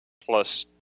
plus